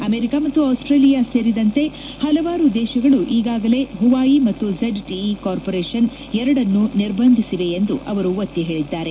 America ಮತ್ತು Australia ಸೇರಿದಂತೆ ಹಲವಾರು ದೇಶಗಳು ಈಗಾಗಲೇ ಹುವಾಯೀ ಮತ್ತು ಝಡ್ ಟಿಇ ಕಾರ್ಪೊರೇಶನ್ ಎರಡನ್ನೊ ನಿರ್ಬಂಧಿಸಿವೆ ಎಂದು ಅವರು ಒತ್ತಿ ಹೇಳಿದ್ದಾರೆ